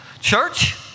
Church